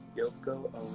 Yoko